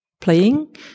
playing